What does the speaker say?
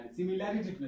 Similarity